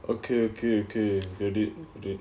okay okay okay okay